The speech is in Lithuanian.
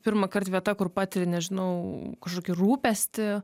pirmąkart vieta kur patiri nežinau kažkokį rūpestį